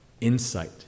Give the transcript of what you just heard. insight